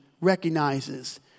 recognizes